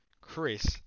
Chris